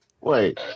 Wait